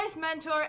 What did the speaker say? mentor